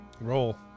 Roll